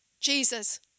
Jesus